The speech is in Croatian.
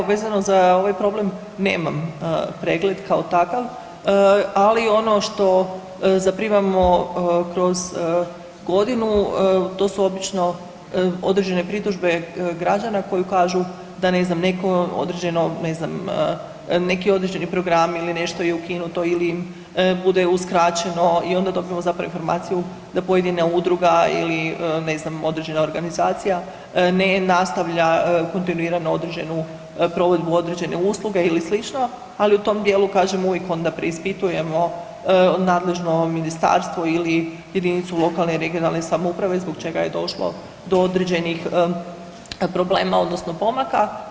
Pa evo vezano za ovaj problem nemam pregled kao takav, ali ono što zaprimamo kroz godinu to su obično određene pritužbe građana koji kažu da ne znam neko određeno, ne znam neki određeni program ili nešto je ukinuto ili bude uskraćeno i onda dobijemo zapravo informaciju da pojedine udruga ili ne znam određena organizacija ne nastavlja kontinuirano određenu, provedbu određene usluge ili slično, ali u tom dijelu kažem uvijek onda preispitujemo nadležno ministarstvo ili jedinicu lokalne i regionalne samouprave zbog čega je došlo do određenih problema odnosno pomaka.